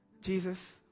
Jesus